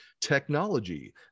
technology